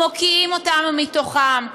הם מקיאים אותן מתוכם.